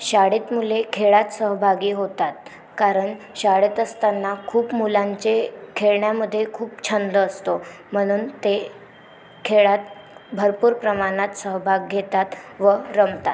शाळेत मुले खेळात सहभागी होतात कारण शाळेत असताना खूप मुलांचे खेळण्यामध्ये खूप छंद असतो म्हणून ते खेळात भरपूर प्रमाणात सहभाग घेतात व रमतात